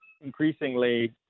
increasingly